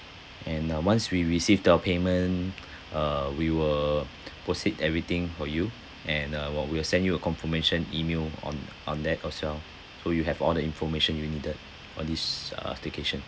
and uh once we received your payment uh we will proceed everything for you and uh while we will send you a confirmation email on on that as well so you have all the information you needed on this uh staycation